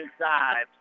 inside